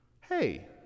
Hey